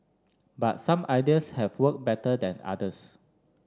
but some ideas have worked better than others